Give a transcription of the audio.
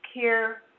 care